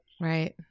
Right